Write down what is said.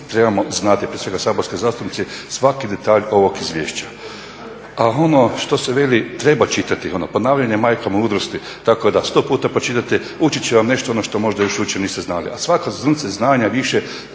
trebamo znati, prije svega saborski zastupnici, svaki detalj ovog izvješća. A ono što se veli, treba čitati, ponavljanje je majka mudrosti, tako je da sto puta pročitate ući će vam nešto ono što možda još uopće niste znali. A svako zrnce znanja više